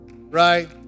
right